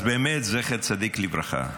אז באמת, זכר צדיק לברכה.